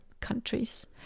countries